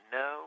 no